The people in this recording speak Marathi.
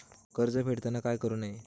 कर्ज फेडताना काय करु नये?